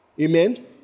Amen